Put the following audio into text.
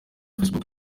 facebook